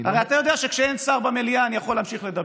הרי אתה יודע שכשאין שר במליאה אני יכול להמשיך לדבר.